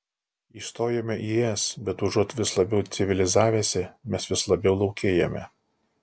įstojome į es bet užuot vis labiau civilizavęsi mes vis labiau laukėjame